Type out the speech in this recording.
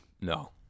No